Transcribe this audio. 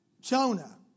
Jonah